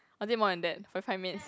or is it more than that forty five minutes